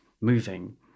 moving